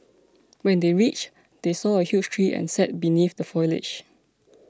when they reached they saw a huge tree and sat beneath the foliage